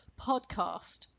podcast